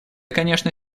конечно